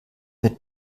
wird